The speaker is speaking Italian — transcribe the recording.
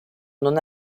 non